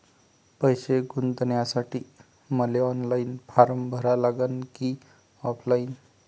पैसे गुंतन्यासाठी मले ऑनलाईन फारम भरा लागन की ऑफलाईन?